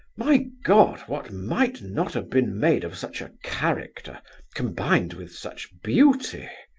my god! what might not have been made of such a character combined with such beauty!